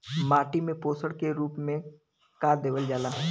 माटी में पोषण के रूप में का देवल जाला?